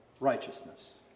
righteousness